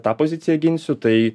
tą poziciją ginsiu tai